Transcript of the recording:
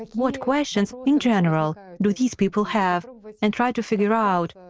what questions in general do these people have? and try to figure out,